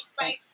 right